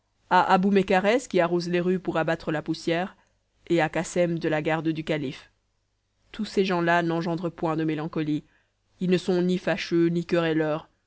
à abou mekarès qui arrose les rues pour abattre la poussière et à cassem de la garde du calife tous ces gens-là n'engendrent point de mélancolie ils ne sont ni fâcheux